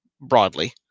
broadly